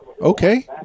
Okay